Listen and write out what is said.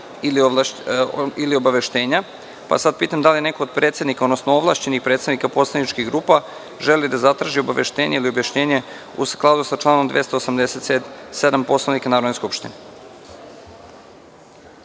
ili obaveštenja, pa pitam da li neko od predsednika, odnosno ovlašćenih predstavnika poslaničkih grupa želi da zatraži obaveštenje ili objašnjenje, u skladu sa članom 287. Poslovnika Narodne skupštine. Reč